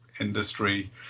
industry